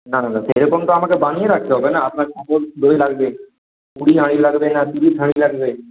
না না না সেরকম তো আমাকে বানিয়ে রাখতে হবে না আপনার কেমন দই লাগবে কুড়ি হাঁড়ি লাগবে না তিরিশ হাঁড়ি লাগবে